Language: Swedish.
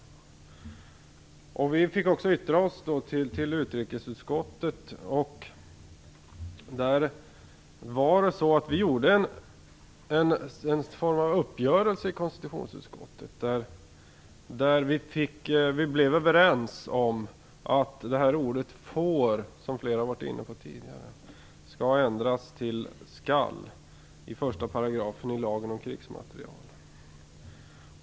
Vi i konstitutionsutskottet fick yttra oss till utrikesutskottet. Vi träffade en uppgörelse i konstitutionsutskottet där vi blev överens om att ordet "får" skall, som flera varit inne på tidigare, ändras till "skall" i 1 § lagen om krigsmateriel.